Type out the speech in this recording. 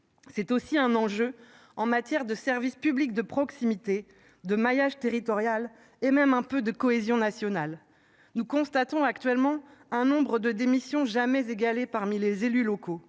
c'est aussi un enjeu en matière de services publics de proximité de maillage territorial et même un peu de cohésion nationale. Nous constatons actuellement un nombre de démissions jamais égalée parmi les élus locaux.